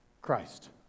Christ